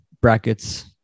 brackets